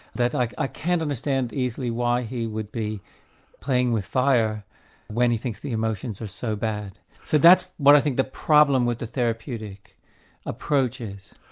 like i can't understand easily why he would be playing with fire when he thinks the emotions are so bad. so that's what i think the problem with the therapeutic approach is.